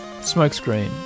Smokescreen